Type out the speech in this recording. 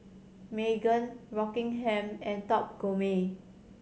Megan Rockingham and Top Gourmet